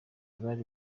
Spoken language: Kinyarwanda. bari